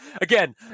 Again